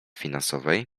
finansowej